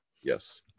Yes